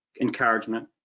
encouragement